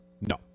No